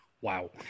Wow